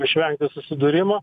išvengti susidūrimo